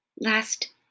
Last